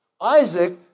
Isaac